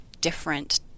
different